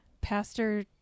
pastor